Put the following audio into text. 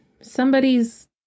somebody's